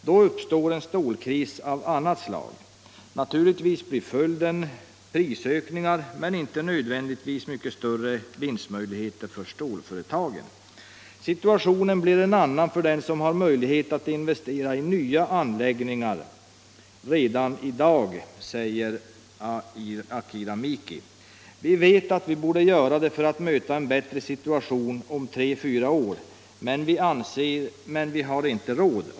Då uppstår en stålkris av ett annat slag. Naturligtvis blir följden prisökningar, men inte nödvändigtvis mycket större vinstmöjligheter för stålföretagen. Situationen blir en annan för den som har möjlighet att investera i nya anläggningar redan i dag, ---. Vi vet att vi borde göra det för att möta en bättre situation om tre-fyra år, men vi har inte råd.